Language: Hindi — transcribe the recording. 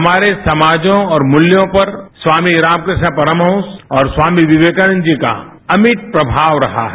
हमारे समाजों और मृत्यों पर स्वामी रामकृष्ण परमहंस और स्वामी विवेकानंद जी का अमिट प्रमाव रहा है